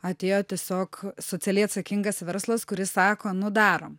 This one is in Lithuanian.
atėjo tiesiog socialiai atsakingas verslas kuris sako nu darom